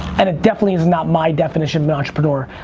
and it definitely is not my definition of an entrepreneur.